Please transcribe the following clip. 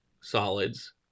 solids